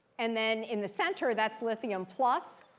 and then in the center, that's lithium plus.